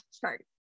chart